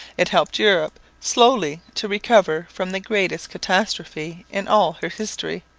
it helped europe slowly to recover from the greatest catastrophe in all her history.